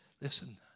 Listen